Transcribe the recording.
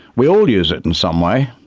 we all use it in some way.